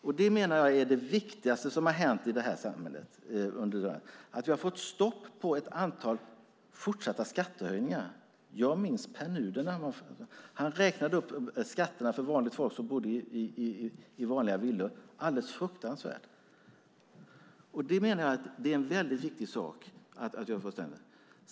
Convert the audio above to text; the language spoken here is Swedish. Jag menar att det viktigaste som har hänt i det här samhället under senare år är att vi har fått stopp på ett antal fortsatta skattehöjningar. Jag minns när Pär Nuder räknade upp skatterna för vanligt folk, som bodde i vanliga villor, något alldeles fruktansvärt. Det är mycket viktigt att vi fått stopp på det.